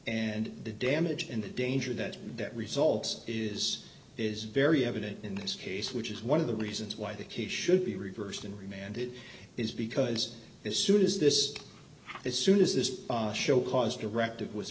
and the damage and the danger that that result is is very evident in this case which is one of the reasons why the case should be reversed and remanded is because as soon as this as soon as this show cause directive was